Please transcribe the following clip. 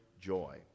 joy